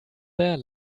there